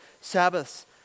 Sabbaths